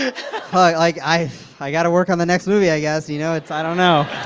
ah i i got to work on the next movie, i guess, you know? it's i don't know